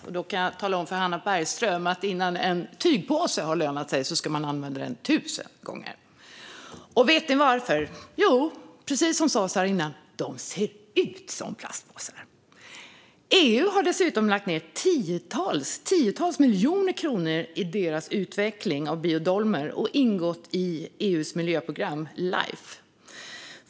Jag kan för övrigt tala om för Hannah Bergstedt att en tygpåse ska användas 1 000 gånger innan den har lönat sig. Och vet ni varför Gaia Biomaterials påsar ska beskattas? Jo, precis som sas här tidigare beskattas de därför att de ser ut som plastpåsar. EU har dessutom lagt ned tiotals miljoner kronor i utvecklingen av det här materialet, Biodolmer, vilket även har ingått i EU:s miljöprogram Life.